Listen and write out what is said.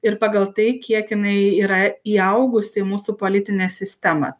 ir pagal tai kiek jinai yra įaugusi į mūsų politinę sistemą